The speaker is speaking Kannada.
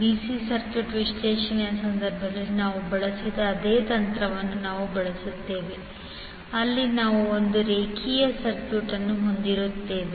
ಡಿಸಿ ಸರ್ಕ್ಯೂಟ್ ವಿಶ್ಲೇಷಣೆಯ ಸಂದರ್ಭದಲ್ಲಿ ನಾವು ಬಳಸಿದ ಅದೇ ತಂತ್ರವನ್ನು ನಾವು ಬಳಸುತ್ತೇವೆ ಅಲ್ಲಿ ನಾವು ಒಂದು ರೇಖೀಯ ಸರ್ಕ್ಯೂಟ್ ಅನ್ನು ಹೊಂದಿರುತ್ತೇವೆ